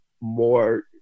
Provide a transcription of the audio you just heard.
more